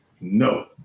No